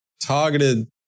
targeted